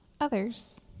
Others